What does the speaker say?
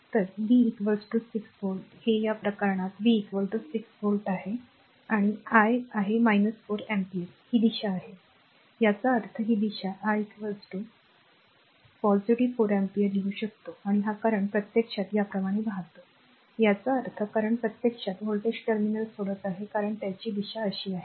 तर V 6 volt हे दुसऱ्या प्रकरणात V 6 व्होल्ट आहे आणि मी I आहे 4 अँपिअर ही दिशा याचा अर्थ ही दिशा I I positive 4 अँपिअर लिहू शकतो आणि हा current प्रत्यक्षात याप्रमाणे वाहतो याचा अर्थ current प्रत्यक्षात व्होल्टेज टर्मिनल सोडत आहे कारण त्याची दिशा अशी आहे